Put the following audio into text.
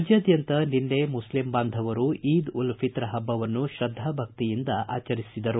ರಾಜ್ಯಾದ್ಯಂತ ನಿನ್ನೆ ಮುಸ್ಲಿಂ ಬಾಂಧವರು ಈದ್ ಉಲ್ ಫಿತ್ರ್ ಹಬ್ಬವನ್ನು ಶ್ರದ್ದಾಭಕ್ತಿಯಿಂದ ಆಚರಿಸಿದರು